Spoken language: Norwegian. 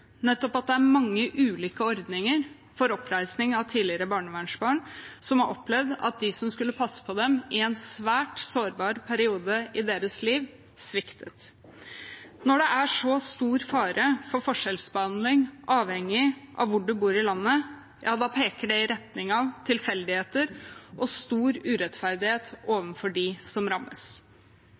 nettopp at det er mange ulike ordninger for oppreisning av tidligere barnevernsbarn som har opplevd at de som skulle passe på dem i en svært sårbar periode i deres liv, sviktet. Når det er så stor fare for forskjellsbehandling avhengig av hvor man bor i landet, peker det i retning av tilfeldigheter og stor urettferdighet overfor dem som rammes.